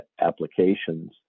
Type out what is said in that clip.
applications